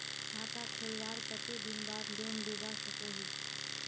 खाता खोलवार कते दिन बाद लोन लुबा सकोहो ही?